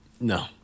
No